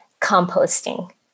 composting